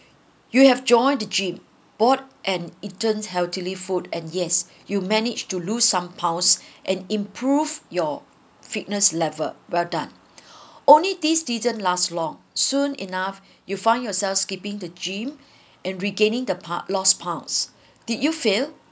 you have joined the gym bought and eaten healthily food and yes you managed to lose some pounce and improve your fitness level well done only these didn't last long soon enough you'll find yourself skipping the gym and regaining the pounce lost pounce did you fail